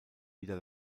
wieder